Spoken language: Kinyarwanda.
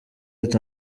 ati